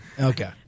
Okay